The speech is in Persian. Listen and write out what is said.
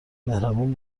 مهربون